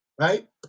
right